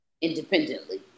independently